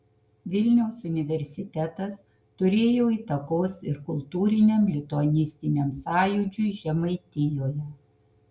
vilniaus universitetas turėjo įtakos ir kultūriniam lituanistiniam sąjūdžiui žemaitijoje